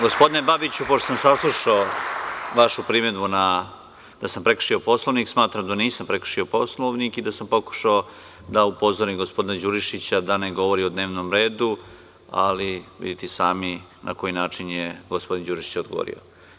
Gospodine Babiću, pošto sam saslušao vašu primedbu da sam prekršio Poslovnik, smatram da nisam prekršio Poslovnik i da sam pokušao da upozorim gospodina Đurišića da ne govori o dnevnom redu, ali vidite i sami na koji način je gospodin Đurišić odgovorio.